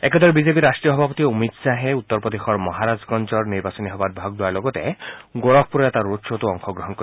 একেদৰে বিজেপিৰ ৰাষ্টীয় সভাপতি অমিত শ্বাহে উত্তৰ প্ৰদেশৰ মহাৰাজগঞ্জৰ নিৰ্বাচনী সভাত ভাগ লোৱাৰ লগতে গোৰখপুৰৰ এটা ৰোডখ্ টো অংশগ্ৰহণ কৰিব